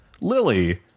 Lily